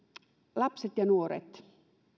lapset ja nuoret